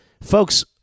Folks